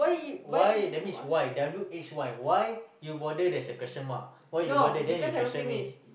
why that means why there are root eight why why you bother there's a question mark why you bother then you question me